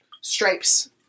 stripes